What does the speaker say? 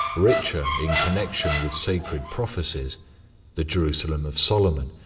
richer in connection with sacred prophecies the jerusalem of solomon,